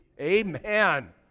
Amen